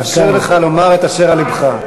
אני מאשר לך לומר את אשר על לבך.